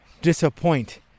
Disappoint